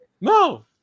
No